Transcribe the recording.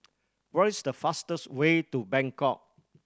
what is the fastest way to Bangkok